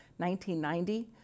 1990